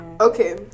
Okay